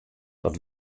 dat